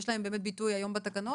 יש להם באמת ביטוי היום בתקנות?